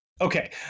okay